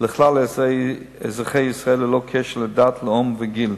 לכלל אזרחי ישראל ללא קשר לדת, לאום וגיל.